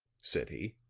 said he.